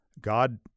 God